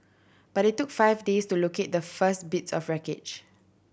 but it took five days to locate the first bits of wreckage